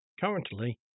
Currently